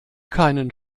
keinen